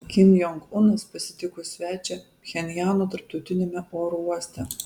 kim jong unas pasitiko svečią pchenjano tarptautiniame oro uoste